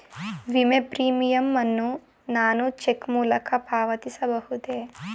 ವಿಮೆ ಪ್ರೀಮಿಯಂ ಅನ್ನು ನಾನು ಚೆಕ್ ಮೂಲಕ ಪಾವತಿಸಬಹುದೇ?